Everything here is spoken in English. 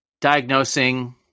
diagnosing